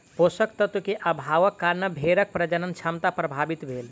पोषक तत्व के अभावक कारणें भेड़क प्रजनन क्षमता प्रभावित भेल